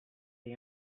the